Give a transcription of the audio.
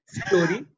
story